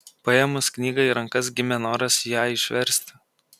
paėmus knygą į rankas gimė noras ją išversti